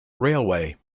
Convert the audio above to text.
railway